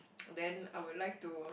then I will like to